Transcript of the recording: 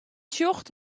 sjocht